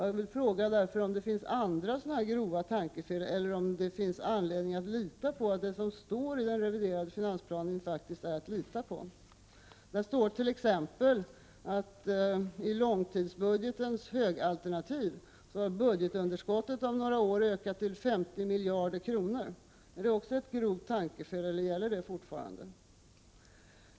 Jag vill därför fråga om det finns andra sådana grova tankefel, eller om det finns anledning att lita på att det som står i den reviderade finansplanen faktiskt är riktigt. Det stårt.ex. i långtidsbudgetens högalternativ att budgetunderskottet om några år kommer att ha ökat till 50 miljarder kronor. Är det också ett grovt tankefel, eller gäller det fortfarande?